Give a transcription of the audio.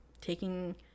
taking